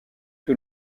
que